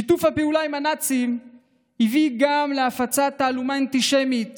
שיתוף הפעולה עם הנאצים הביא גם להפצת תעמולה אנטישמית